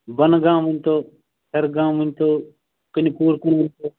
بۄنہٕ گام ؤنۍتو ہٮ۪رِ گام ؤنۍتو کٔنِپوٗر